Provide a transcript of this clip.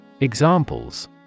Examples